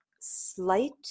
Slight